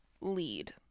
lead